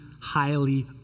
highly